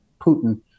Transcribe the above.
Putin